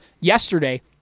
yesterday